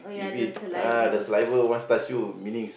if it uh the saliva once touch you meanings